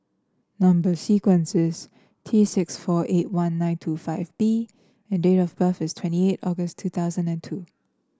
number sequence is T six four eight one nine two five B and date of birth is twenty eight August two thousand and two